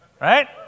right